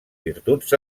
virtuts